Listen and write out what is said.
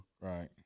Right